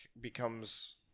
becomes